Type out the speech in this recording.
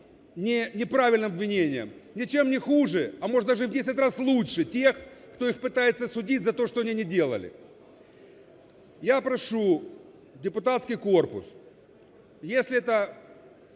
неправильным обвинениям, ничем не хуже, а, может быть, даже в десять раз лучше тех, кто их пытается судить за то, что они не делали. Я прошу депутатский корпус,